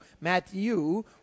Matthew